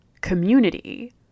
community